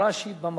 רש"י במקום,